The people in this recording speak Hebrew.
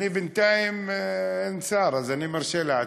בינתיים אין שר, אז אני מרשה לעצמי.